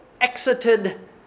exited